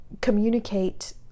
communicate